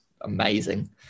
amazing